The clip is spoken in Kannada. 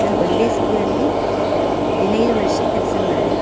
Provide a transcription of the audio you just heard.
ನಾನು ಒಂದೇ ಸ್ಕೂಲಲ್ಲಿ ಹದಿನೈದು ವರ್ಷ ಕೆಲಸ ಮಾಡಿದೆ